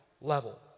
level